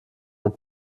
mit